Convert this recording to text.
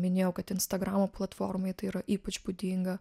minėjau kad instagramo platformoj tai yra ypač būdinga